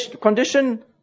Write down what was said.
condition